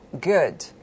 Good